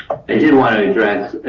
i did want to address